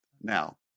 now